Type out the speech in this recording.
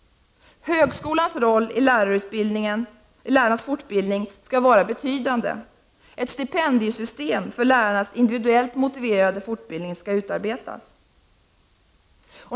Högskolans roll i lärarnas fortbildning skall vara betydande. Ett stipendiesystem för lärarnas individuellt motiverade fortbildning skall utarbetas.